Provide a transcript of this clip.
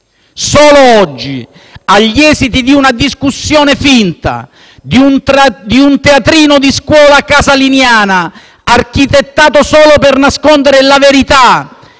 Solo oggi, agli esiti di una discussione finta e di un teatrino, di scuola casaliniana, architettato solo per nascondere la verità